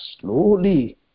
slowly